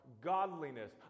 godliness